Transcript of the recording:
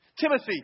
Timothy